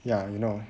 ya you know